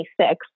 26